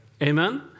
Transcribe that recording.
Amen